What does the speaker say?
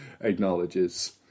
acknowledges